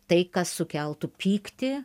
tai kas sukeltų pyktį